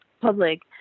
public